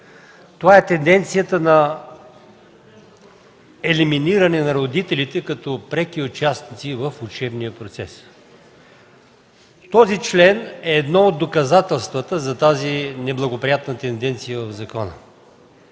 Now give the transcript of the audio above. Това е тенденцията на елиминиране на родителите като преки участници в учебния процес. Този член е едно от доказателствата за тази неблагоприятна тенденция в закона.